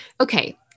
Okay